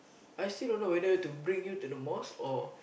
I still don't know whether to bring you to the mosque or